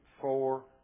four